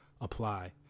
apply